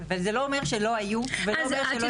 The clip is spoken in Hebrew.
אבל זה לא אומר שלא היו ולא אומר שלא הפנו.